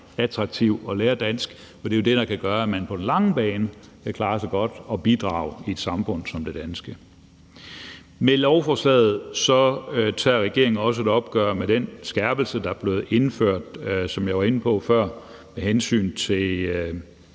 attraktivt at lære dansk, for det er jo det, der kan gøre, at man på den lange bane kan klare sig godt og bidrage i et samfund som det danske. Med lovforslaget tager regeringen også et opgør med den skærpelse, der er blevet indført – som jeg var inde på før – med hensyn til